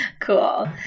cool